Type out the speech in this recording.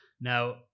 Now